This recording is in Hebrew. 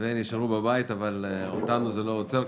ונשארו בבית אבל אותנו זה לא עוצר.